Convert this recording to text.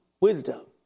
wisdom